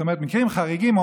זאת אומרת שבמקרים חריגים,